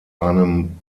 einem